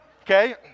okay